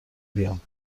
بیام